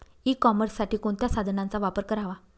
E कॉमर्ससाठी कोणत्या साधनांचा वापर करावा?